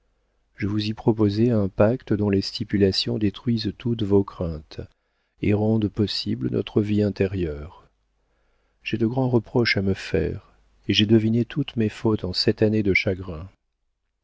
je vous y proposais un pacte dont les stipulations détruisent toutes vos craintes et rendent possible notre vie intérieure j'ai de grands reproches à me faire et j'ai deviné toutes mes fautes en sept années de chagrins